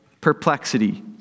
perplexity